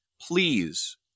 Please